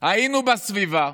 היינו בסביבה.